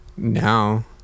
now